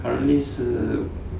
currently 是